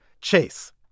Chase